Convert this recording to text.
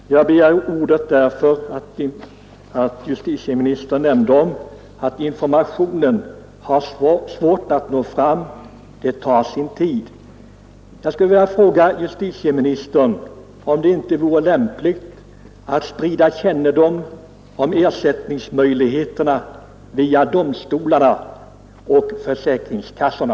Herr talman! Jag begärde ordet därför att justitieministern nämnde att informationen har svårt att nå fram och tar sin tid. Jag skulle vilja fråga justitieministern, om det inte vore lämpligt att sprida kännedom om ersättningsmöjligheterna via domstolarna och försäkringskassorna.